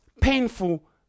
painful